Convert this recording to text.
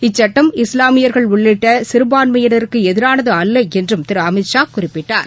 இச்சுட்டம் இஸ்லாமியர்கள் உள்ளிட்ட சிறுபான்மையினருக்கு எதிரானது அல்ல என்றும் திரு அமித்ஷா குறிப்பிட்டார்